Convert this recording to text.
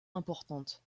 importantes